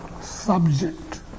subject